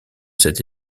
cette